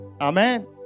Amen